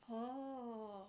oh